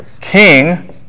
King